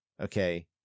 Okay